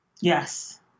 Yes